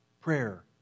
Prayer